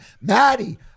Maddie